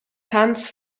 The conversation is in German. tanz